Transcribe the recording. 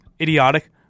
idiotic